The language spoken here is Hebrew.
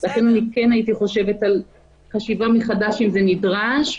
לכן כן הייתי חושבת מחדש אם זה נדרש.